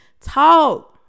Talk